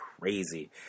crazy